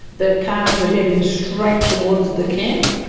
the cars were heading straight towards the camp,